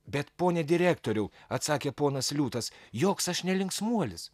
bet pone direktoriau atsakė ponas liūtas joks aš ne linksmuolis